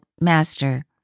Master